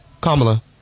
Kamala